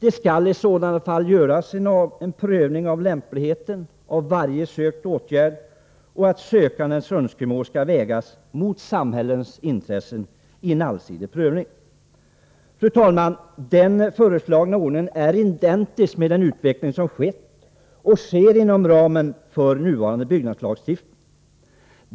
I sådana fall skall det göras en prövning av lämpligheten av varje sökt åtgärd. Sökandens önskemål skall vägas mot samhällets intressen i en allsidig prövning. Den föreslagna ordningen är identisk med den utveckling som skett och sker inom ramen för den nuvarande byggnadslagstiftningen.